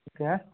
okay